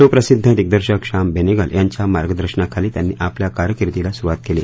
सुप्रसिध्द दिगदर्शक श्याम बेनेगल यांच्या मार्गदर्शनाखाली त्यांनी आपल्या कारकीर्दीला सुरुवात केली